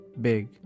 big